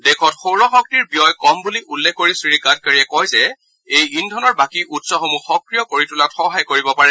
দেশত সৌৰ শক্তিৰ ব্যয় কম বুলি উল্লেখ কৰি শ্ৰীগাডকাৰীয়ে কয় যে ই ইন্ধনৰ বাকী উৎসসমূহ সক্ৰিয় কৰি তোলাত সহায় কৰিব পাৰে